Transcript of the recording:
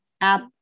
app